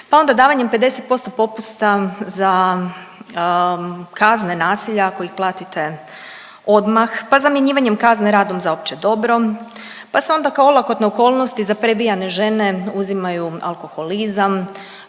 pa onda davanjem 50% popusta za kazne nasilja ako ih platite odmah, pa zamjenjivanjem kazne radom za opće dobro, pa se onda kao olakotne okolnosti za prebijane žene uzimaju alkoholizam,